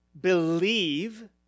believe